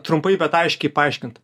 trumpai bet aiškiai paaiškint